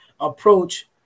approach